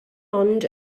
ond